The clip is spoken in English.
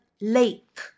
lake